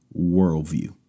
worldview